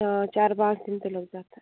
चार पाँच दिन तो लग जाता है